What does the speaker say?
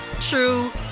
true